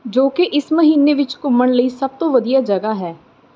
ਜੋ ਕਿ ਇਸ ਮਹੀਨੇ ਵਿੱਚ ਘੁੰਮਣ ਲਈ ਸਭ ਤੋਂ ਵਧੀਆ ਜਗ੍ਹਾ ਹੈ